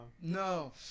No